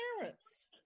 parents